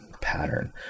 pattern